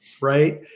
right